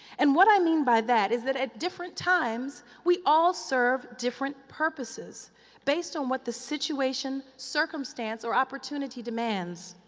and what i mean by that is that at different times we all serve different purposes based on what the situation, circumstance or opportunity demands.